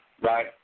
right